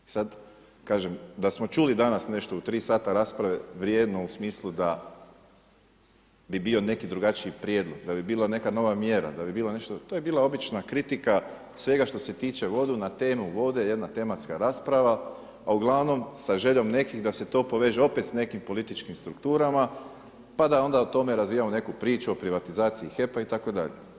I sada kažem, da smo čuli danas nešto u 3 sata rasprave vrijedno u smislu da bi bio neki drugačiji prijedlog, da bi bila neka nova mjera, da bi bilo nešto, to je bila obična kritika svega što se tiče vode, na temu vode jedna tematska rasprava, a uglavnom sa željom nekih da se to poveže opet sa nekim političkim strukturama, pa da onda o tome razvijamo neku priču o privatizaciji HEP-a itd.